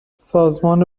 سازمان